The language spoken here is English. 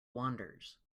wanders